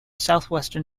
southwestern